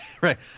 right